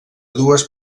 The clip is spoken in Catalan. dues